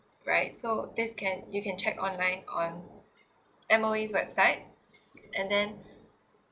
right so this can you can check online on M_O_E website and then